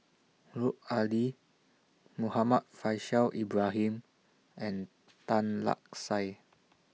Lut Ali Muhammad Faishal Ibrahim and Tan Lark Sye